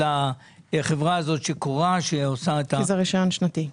לחברה הזאת שכורה -- כי זה רישיון שנתי,